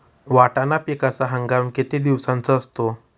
वाटाणा पिकाचा हंगाम किती दिवसांचा असतो?